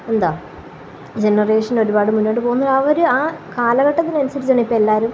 എന്താണ് ജനറേഷന് ഒരുപാട് മുന്നോട്ട് പോകുന്നത് അവര് ആ കാലഘട്ടത്തിനനുസരിച്ചാണ് ഇപ്പോള് എല്ലാവരും